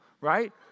right